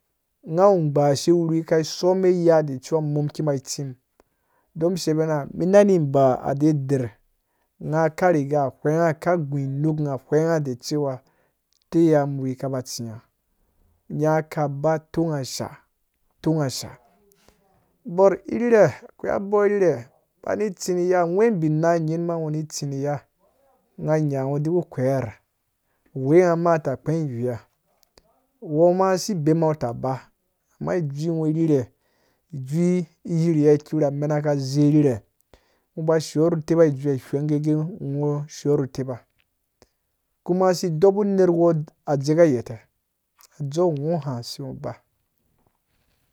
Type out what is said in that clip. Ngha wu gbashe nerwi ka some ya da cewa mun ki ba tsim o sebina na ba a deder ngha ka riga ghweenf ka gũ nũkũ ghweengha da cewa taiyam wi kaba tsingha nya kaba tong asha tong sha bɔr irhere akwai bɔɔ ba ni tsi ni ya gwembi na nying ngho ni tsi ni ya ngha nya ngho diku kweer uwhengha ma ta kpɛɛ iweya uwɔɔma asi bemngha nghota ba amma ijui rhere ijui yirye ki wura mena ka zei rhere ngho ba shiwo ru teba ijui ya gwenge gee ngho shiwo ru teba kuma si dɔbu nerwo adzeka igheta dzeu ngho ha se ngho ba